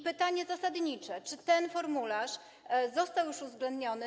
Pytanie zasadnicze: Czy ten formularz został już uwzględniony?